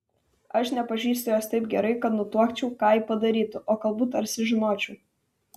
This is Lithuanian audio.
aš nepažįstu jos taip gerai kad nutuokčiau ką ji padarytų o kalbu tarsi žinočiau